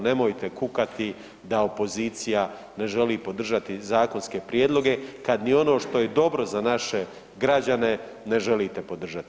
Nemojte kukati da opozicija ne želi podržati zakonske prijedloge kad ni ono što je dobro za naše građane ne želite podržati.